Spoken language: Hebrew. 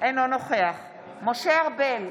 אינו נוכח משה ארבל,